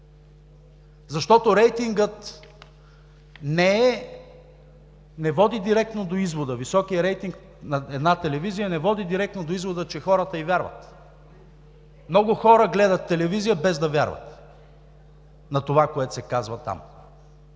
защото рейтингът не води директно до извода?! Високият рейтинг на една телевизия не води директно до извода, че хората ѝ вярват. Много хора гледат телевизия, без да вярват на това, което се казва там.